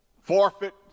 forfeit